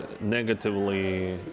negatively